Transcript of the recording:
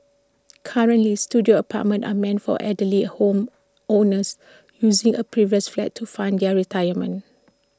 currently Studio apartments are meant for elderly A home owners using A previous flat to fund their retirement